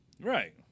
Right